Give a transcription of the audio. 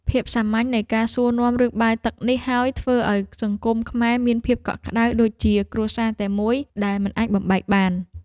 ភាពសាមញ្ញនៃការសួរនាំរឿងបាយទឹកនេះហើយដែលធ្វើឱ្យសង្គមខ្មែរមានភាពកក់ក្តៅដូចជាគ្រួសារតែមួយដែលមិនអាចបំបែកបាន។